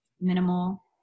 minimal